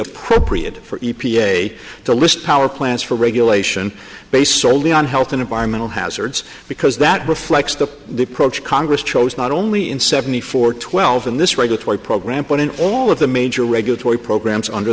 appropriate for e p a to list power plants for regulation based soley on health and environmental hazards because that reflects the the approach congress chose not only in seventy four twelve in this writer to program but in all of the major regulatory programs under